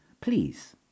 please